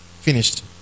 finished